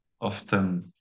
often